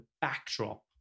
backdrop